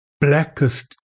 Blackest